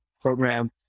program